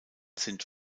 sind